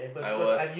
I was